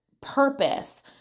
purpose